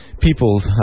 people